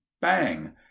bang